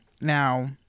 now